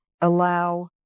allow